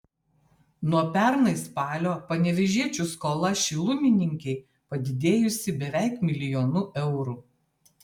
nuo pernai spalio panevėžiečių skola šilumininkei padidėjusi beveik milijonu eurų